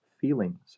feelings